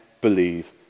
believe